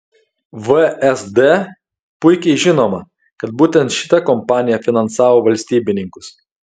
vsd puikiai žinoma kad būtent šita kompanija finansavo valstybininkus